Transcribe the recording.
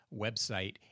website